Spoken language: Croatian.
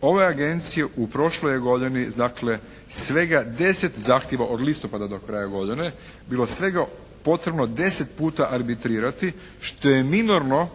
ove Agencije u prošloj je godini dakle svega 10 zahtjeva od listopada do kraja godine bilo svega potrebno 10 puta arbitrirati što je minorno